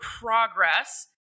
progress